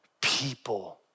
people